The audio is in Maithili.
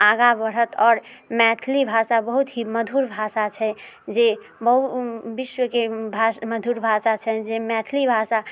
आगाँ बढ़त आओर मैथिली भाषा बहुत ही मधुर भाषा छै जे बहु विश्वके भा मधुर भाषा छै जे मैथिली भाषा